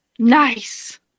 nice